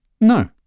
No